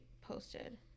posted